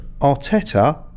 Arteta